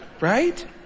Right